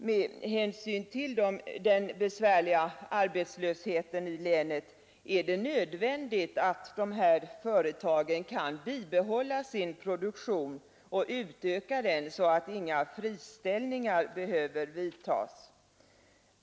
Med hänsyn till den besvärliga arbetslösheten i länet är det nödvändigt att dessa företag kan bibehålla sin produktion och utöka den så att inga friställningar behöver vidtagas.